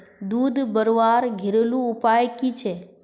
दूध बढ़वार घरेलू उपाय की छे?